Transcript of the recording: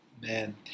man